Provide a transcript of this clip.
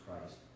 Christ